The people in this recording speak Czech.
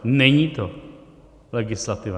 Není to legislativa.